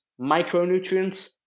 micronutrients